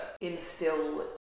instill